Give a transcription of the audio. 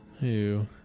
Ew